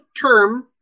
term